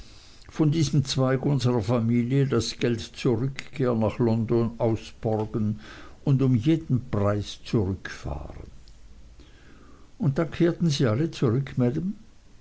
von diesem zweig unserer familie das geld zur rückkehr nach london ausborgen und um jeden preis zurückfahren und dann kehrten sie alle zurück